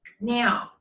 now